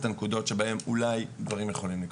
הנקודות שבהן אולי דברים יכולים לקרות.